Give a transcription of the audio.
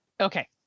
Okay